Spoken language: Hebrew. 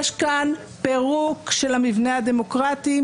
יש כאן פירוק של המבנה הדמוקרטי,